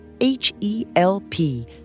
H-E-L-P